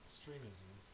Extremism